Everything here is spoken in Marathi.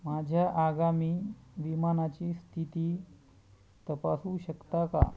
माझ्या आगामी विमानाची स्थिती तपासू शकता का